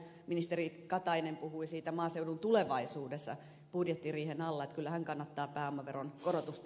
ministeri katainen puhui siitä maaseudun tulevaisuudessa budjettiriihen alla että kyllä hän kannattaa pääomaveron korotusta